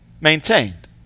maintained